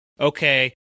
Okay